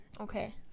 Okay